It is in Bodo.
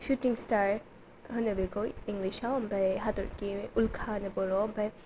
सुटिं स्टार होनो बेखौ इंलिसाव ओमफ्राय हाथरखि उल्खा आरो बर'आव ओमफ्राय